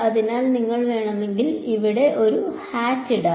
അതിനാൽ നിങ്ങൾക്ക് വേണമെങ്കിൽ ഇവിടെ ഒരു ഹാറ്റ് ഇടാം